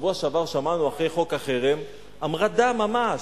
בשבוע שעבר שמענו, אחרי חוק החרם, המרדה ממש,